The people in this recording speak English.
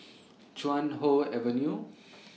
Chuan Hoe Avenue